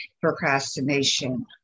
procrastination